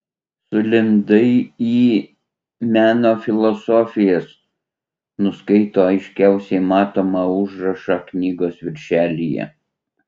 sulindai į meno filosofijas nuskaito aiškiausiai matomą užrašą knygos viršelyje